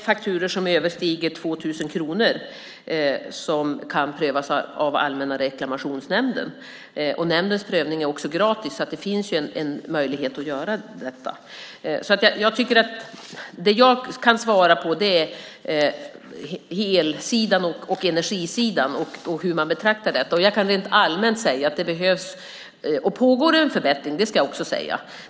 Fakturor som överstiger 2 000 kronor kan prövas av Allmänna reklamationsnämnden. Nämndens prövning är gratis, så där finns en möjlighet. Det jag kan svara på är det som gäller elsidan och energisidan och hur man betraktar detta. Det pågår en förbättring - det ska jag också säga.